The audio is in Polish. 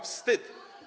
Wstyd!